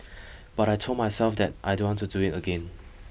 but I told myself that I don't want to do it again